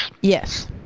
Yes